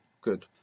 good